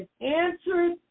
answered